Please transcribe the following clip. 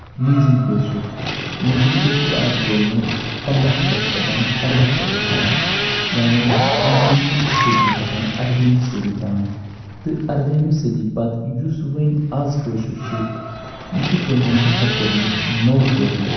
مٔنزیُم کٲشُر مٔنزیُم کٲشُر آو بولنہٕ پَنداہ شَتھ پٮ۪ٹھ اَرداہ شَتَس تام یعنے پَندہمہِ صٔدی پٮ۪ٹھ اَردہمہِ صٔدی تام تہٕ اَردہمہِ صٔدی پَتہٕ یُس ؤنۍ آز کٲشُر چھُ یہِ چھُ تٔمۍ مُنتَخَب کوٚرمُت نٔوو کٲشُر